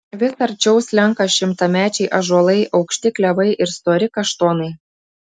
vis arčiau slenka šimtamečiai ąžuolai aukšti klevai ir stori kaštonai